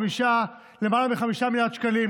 למעלה מ-5 מיליארד שקלים,